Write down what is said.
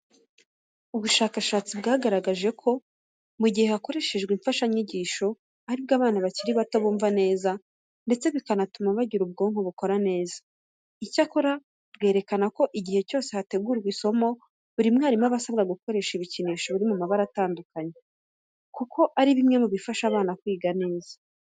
Ubushakashatsi bwagaragaje ko mu gihe hakoreshejwe imfashanyigisho, ari bwo abana bakiri bato bumva neza ndetse bikanatuma bagira ubwonko bukora neza. Icyakora, bwerekana ko igihe cyose hategurwa isomo, buri mwarimu aba asabwa gukoresha ibikinisho biri mu mabara atandukanye kuko ari bimwe mu bifasha abana kwiga neza.